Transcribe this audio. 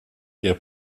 der